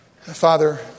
Father